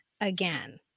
again